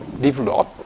develop